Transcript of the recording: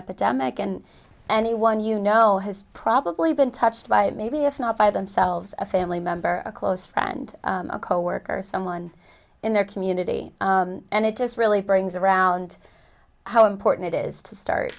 epidemic and anyone you know has probably been touched by it maybe if not by themselves a family member or a close friend a coworker or someone in their community and it just really brings around how important it is to start